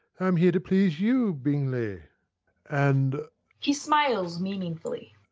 i am here to please you, bingley and he smiles meaningly.